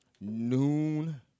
noon